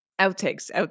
outtakes